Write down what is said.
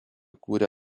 kūrė